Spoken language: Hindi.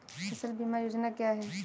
फसल बीमा योजना क्या है?